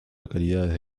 localidades